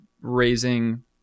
raising